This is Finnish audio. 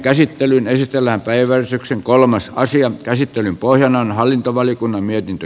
käsittelyn esitellä leveys yksi kolmessa asian pohjana on hallintovaliokunnan mietintö